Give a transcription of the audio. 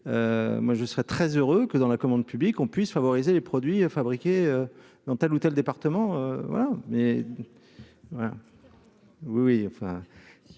moi je serais très heureux que dans la commande publique, on puisse favoriser les produits fabriqués dans tels ou tels départements